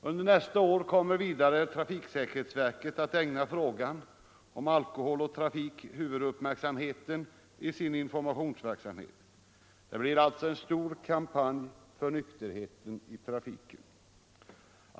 Under nästa år kommer vidare trafiksäkerhetsverket att ägna frågan om alkohol och trafik huvuduppmärksamheten i sin informationsverksamhet. Det blir alltså en stor kampanj för nykterhet i trafiken.